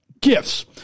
Gifts